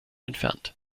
entfernt